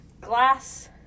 glass